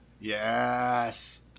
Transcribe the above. Yes